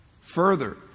further